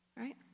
right